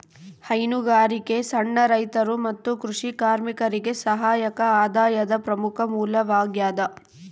ಹೈನುಗಾರಿಕೆ ಸಣ್ಣ ರೈತರು ಮತ್ತು ಕೃಷಿ ಕಾರ್ಮಿಕರಿಗೆ ಸಹಾಯಕ ಆದಾಯದ ಪ್ರಮುಖ ಮೂಲವಾಗ್ಯದ